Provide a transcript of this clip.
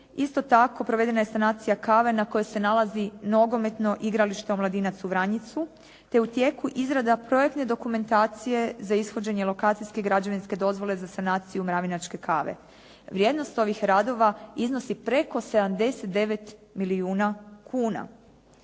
Isto tako, provedena je sanacija kave na kojoj se nalazi nogometno igralište Omladinac u Vranjicu, te je u tijeku izrada projektne dokumentacije za ishođenje lokacijske i građevinske dozvole za sanaciju “mravinačke kave“. Vrijednost ovih radova iznosi preko 79 milijuna kuna.